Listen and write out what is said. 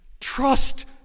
Trust